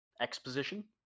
Exposition